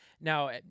Now